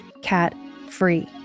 catfree